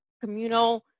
communal